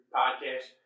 podcast